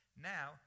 Now